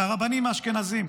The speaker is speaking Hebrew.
מהרבנים האשכנזים.